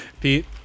Pete